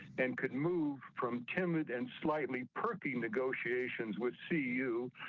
and could move from timid and slightly perky negotiations with see you,